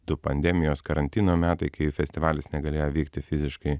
du pandemijos karantino metai kai festivalis negalėjo vykti fiziškai